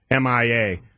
MIA